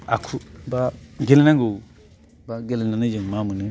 आखु बा गेलेनांगौ बा गेलेनानै जों मा मोनो